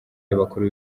y’abakuru